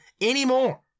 anymore